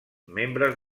membres